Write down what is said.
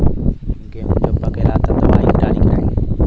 गेहूँ जब पकेला तब दवाई डाली की नाही?